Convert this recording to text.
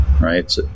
right